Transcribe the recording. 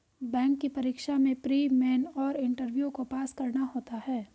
bank की परीक्षा में प्री, मेन और इंटरव्यू को पास करना होता है